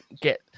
get